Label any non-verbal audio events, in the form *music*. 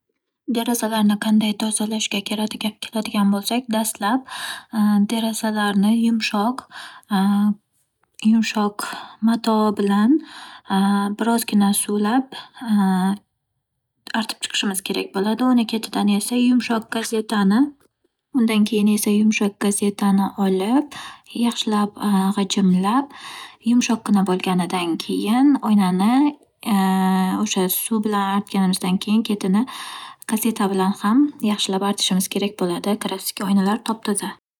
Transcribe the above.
Oshxonani qanday tartibga keltirishga keladigan bo'lsak, demak oshxonaga dastlab stol va stullar, bundan tashqari, o'rtacha kattalikda mebel qo'yishimiz kerak bo'ladi. Chunki har bir tokchaga kerakli narsalarni joylashtirish uchun. Misol uchun, bir tokchaga, *hesitation* tarelkalarni qo'ysak, keyingi tokchaga qoshiq, vilka va pichoqlarni qo'yish kerak bo'ladi. Undan tashqari, kattaroq o'lchamdagi kosalar va choy ichadigan kosalarni ham yana bitta joyga qo'ysak bo'ladi.